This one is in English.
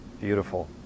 beautiful